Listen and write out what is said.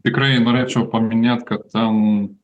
tikrai norėčiau paminėt kad ten